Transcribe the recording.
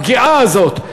הפגיעה הזאת,